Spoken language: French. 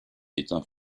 étant